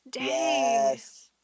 Yes